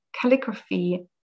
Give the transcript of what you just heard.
calligraphy